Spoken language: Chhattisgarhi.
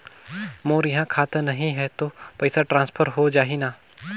मोर इहां खाता नहीं है तो पइसा ट्रांसफर हो जाही न?